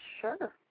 Sure